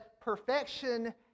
perfection